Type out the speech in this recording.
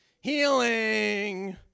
healing